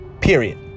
Period